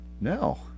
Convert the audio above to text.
no